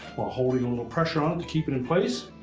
while holding a little pressure on to keep it in place,